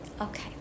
Okay